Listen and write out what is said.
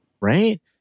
right